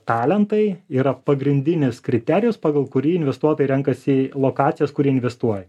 talentai yra pagrindinis kriterijus pagal kurį investuotojai renkasi lokacijas kur jie investuoja